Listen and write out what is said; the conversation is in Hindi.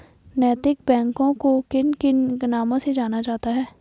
नैतिक बैंकों को और किन किन नामों से जाना जाता है?